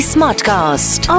Smartcast